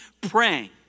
praying